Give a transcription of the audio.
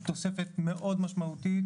תוספת מאוד משמעותית,